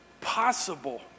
possible